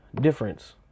difference